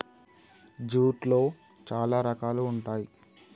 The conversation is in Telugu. జూట్లో చాలా రకాలు ఉంటాయి